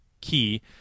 Key